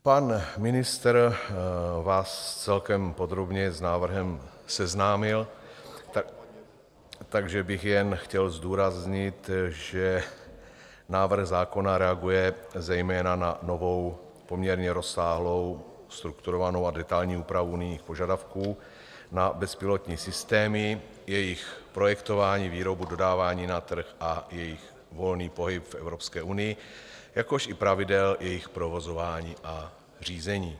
Pan ministr vás celkem podrobně s návrhem seznámil, takže bych jen chtěl zdůraznit, že návrh zákona reaguje zejména na novou, poměrně rozsáhlou, strukturovanou a detailní úpravu unijních požadavků na bezpilotní systémy, jejich projektování, výrobu, dodávání na trh a volný pohyb v Evropské unii, jakož i pravidel jejich provozování a řízení.